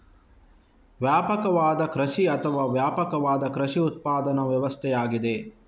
ವ್ಯಾಪಕವಾದ ಕೃಷಿ ಅಥವಾ ವ್ಯಾಪಕವಾದ ಕೃಷಿ ಉತ್ಪಾದನಾ ವ್ಯವಸ್ಥೆಯಾಗಿದೆ